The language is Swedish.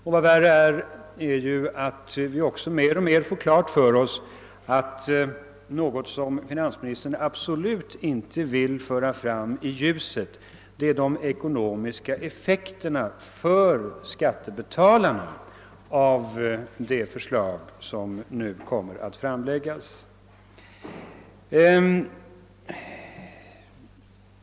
Dess värre har vi också mer och mer fått klart för oss att finansministern absolut inte vill föra fram i ljuset de ekonomiska effekterna för skattebetalarna av det förslag som kommer att framläggas.